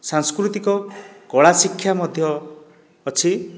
ସାଂସ୍କୃତିକ କଳା ଶିକ୍ଷା ମଧ୍ୟ ଅଛି